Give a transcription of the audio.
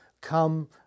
come